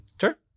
Sure